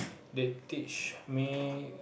they teach me